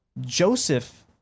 Joseph